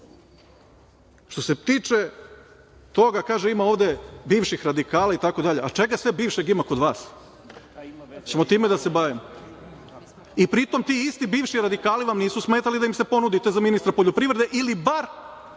se tiče toga, kaže – ima ovde bivših radikala itd, a čega sve bivšeg ima kod vas? Hoćemo time da se bavimo? I pritom ti isti bivši radikali vam nisu smetali da im se ponudite za ministra poljoprivrede ili bar